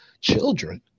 children